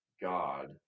God